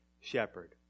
shepherd